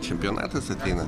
čempionatas ateina